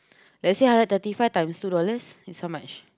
let's say hundred and thirty five times two dollars is how much